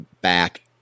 back